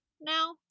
now